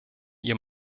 ihr